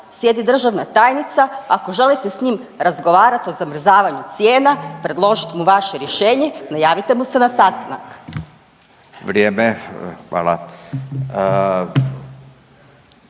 sjedi državna tajnica. Ako želite s njim razgovarati o zamrzavanju cijena, predložit mu vaše rješenje najavite mu se na sastanak. **Radin, Furio